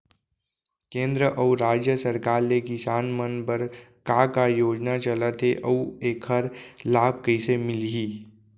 केंद्र अऊ राज्य सरकार ले किसान मन बर का का योजना चलत हे अऊ एखर लाभ कइसे मिलही?